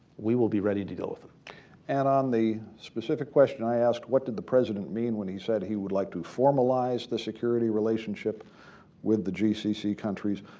we will be ready to deal with them. mcmanus and on the specific question i asked, what did the president mean when he said he would like to formalize the security relationship with the gcc countries?